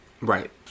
Right